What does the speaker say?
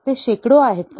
ते शेकडो आहेत का